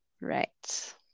Right